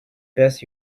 best